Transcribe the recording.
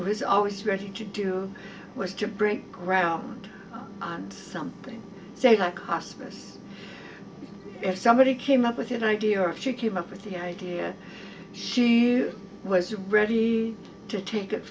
was always ready to do was to break ground on something like hospice if somebody came up with an idea or if she came up with the idea she was ready to take it